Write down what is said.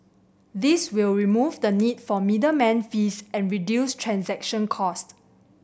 this will remove the need for middleman fees and reduce transaction cost